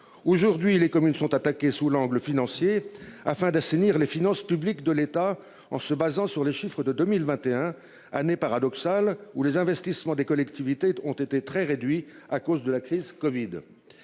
Aujourd'hui, les communes sont attaquées sous l'angle financier afin d'assainir les finances publiques de l'État, en se basant sur les chiffres de 2021 années paradoxale où les investissements des collectivités ont été très réduits à cause de la crise Covid.